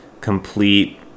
complete